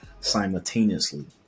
simultaneously